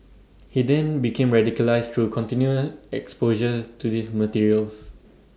he then became radicalised through continued exposure to these materials